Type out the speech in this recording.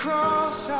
Cross